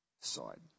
side